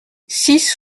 six